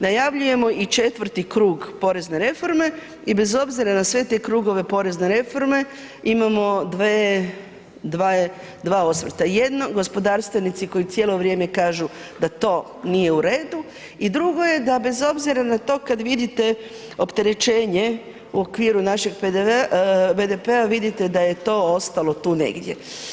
Najavljujemo i 4.-ti krug porezne reforme i bez obzira na sve te krugove porezne reforme imamo dva osvrta, jedno gospodarstvenici koji cijelo vrijeme kažu da to nije u redu i drugo je da bez obzira na to kad vidite opterećenje u okviru našeg BDP-a vidite da je to ostalo tu negdje.